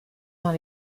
dans